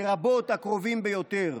לרבות הקרובים ביותר.